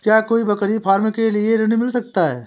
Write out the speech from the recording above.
क्या कोई बकरी फार्म के लिए ऋण मिल सकता है?